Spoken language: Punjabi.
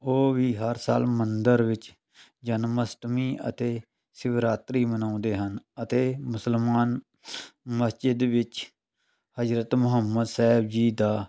ਉਹ ਵੀ ਹਰ ਸਾਲ ਮੰਦਰ ਵਿੱਚ ਜਨਮ ਅਸ਼ਟਮੀ ਅਤੇ ਸ਼ਿਵਰਾਤਰੀ ਮਨਾਉਂਦੇ ਹਨ ਅਤੇ ਮੁਸਲਮਾਨ ਮਸਜ਼ਿਦ ਵਿੱਚ ਹਜ਼ਰਤ ਮੁਹੰਮਦ ਸਾਹਿਬ ਜੀ ਦਾ